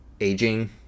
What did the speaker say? aging